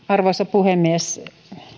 arvoisa puhemies